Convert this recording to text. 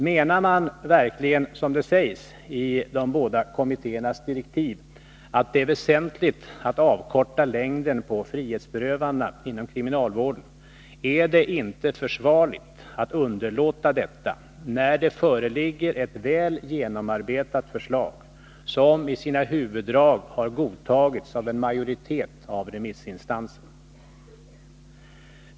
Menar man verkligen, som det sägs i de båda kommittéernas direktiv att det är väsentligt att avkorta längden på frihetsberövandena inom kriminalvården, är det inte försvarligt att underlåta detta när det föreligger ett väl genomarbetat förslag, som i sina huvuddrag har godtagits av en majoritet av remissinstanserna.